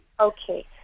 Okay